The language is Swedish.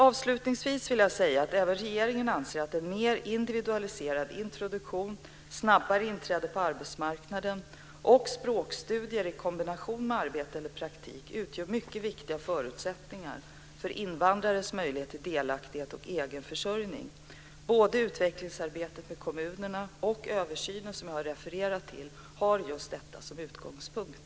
Avslutningsvis vill jag säga att även regeringen anser att en mer individualiserad introduktion, snabbare inträde på arbetsmarknaden och språkstudier i kombination med arbete eller praktik utgör mycket viktiga förutsättningar för invandrares möjligheter till delaktighet och egenförsörjning. Både utvecklingsarbetet med kommunerna och översynen som jag har refererat till har just detta som utgångspunkt.